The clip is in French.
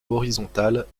horizontale